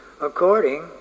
according